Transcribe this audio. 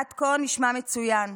עד כה נשמע מצוין,